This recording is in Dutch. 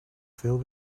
veel